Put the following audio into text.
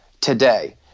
today